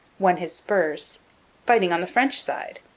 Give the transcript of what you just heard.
won his spurs fighting on the french side!